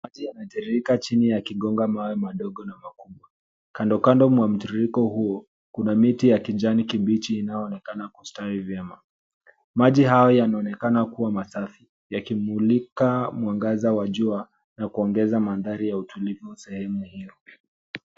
Maji yanatiririka chini yakigonga mawe madogo na makubwa. Kando kando mwa mtiririko huo kuna miti ya kijani kibichi inayoonekana kustawi vyema. Maji hayo yanaonekana kuwa masafi yakimlika mwangaza wa jua na kuongeza mandhari ya utulivu sehemu hiyo.